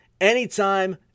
anytime